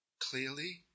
clearly